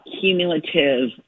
cumulative